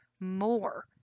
more